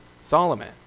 Solomon